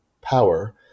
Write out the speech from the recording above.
power